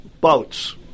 Boats